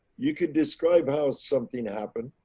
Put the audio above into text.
you could describe how something happened,